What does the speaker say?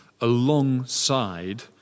alongside